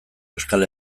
euskal